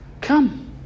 Come